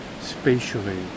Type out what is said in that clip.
spatially